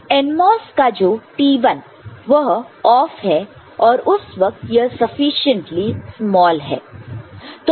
NMOS का जो T1 वह ऑफ है और उस वक्त यह सफिशिएंटली स्मॉल है